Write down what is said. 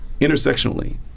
intersectionally